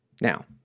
Now